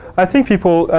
i think people,